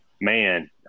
man